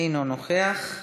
אינו נוכח.